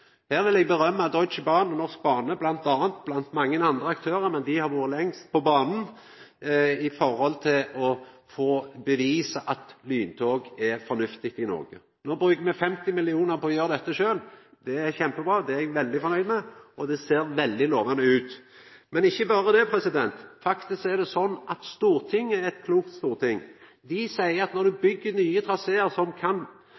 Her vil eg berømma Deutsche Bahn og Norsk Bane blant mange andre aktørar, men dei har vore lengst på banen for å få bevist at lyntog er fornuftig i Noreg. No bruker me 50 mill. kr på å gjera dette sjølve. Det er kjempebra, det er eg veldig fornøgd med, og det ser veldig lovande ut. Men ikkje berre det: Faktisk er det slik at Stortinget er eit klokt storting; dei seier at når du byggjer nye trasear som kan